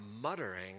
muttering